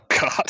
God